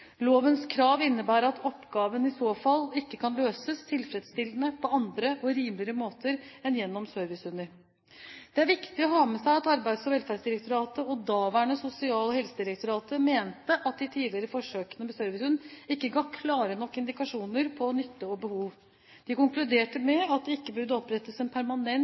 Lovens krav innebærer at oppgaven i så fall ikke kan løses tilfredsstillende på andre og rimeligere måter enn gjennom servicehunder. Det er viktig å ha med seg at Arbeids- og velferdsdirektoratet og daværende Sosial- og helsedirektoratet mente at de tidligere forsøkene med servicehund ikke ga klare nok indikasjoner på nytte og behov. De konkluderte med at det ikke burde opprettes en permanent